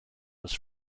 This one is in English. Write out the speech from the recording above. was